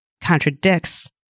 contradicts